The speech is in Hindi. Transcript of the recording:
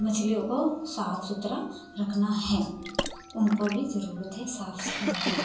तो मछलियों को साफ सुथरा रखना है उनको भी ज़रूरत है साफ सफाई की